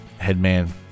Headman